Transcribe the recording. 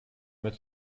mit